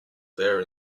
there